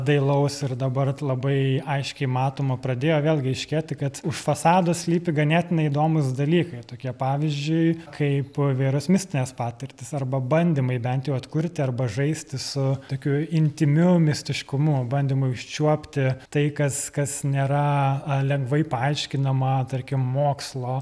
dailaus ir dabar labai aiškiai matomo pradėjo vėlgi aiškėti kad už fasado slypi ganėtinai įdomūs dalykai tokie pavyzdžiui kaip įvarios mistines patirtys arba bandymai bent jau atkurti arba žaisti su tokiu intymiu mistiškumu bandymai užčiuopti tai kas kas nėra lengvai paaiškinama tarkim mokslo